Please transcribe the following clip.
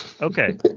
Okay